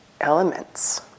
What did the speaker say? elements